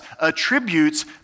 attributes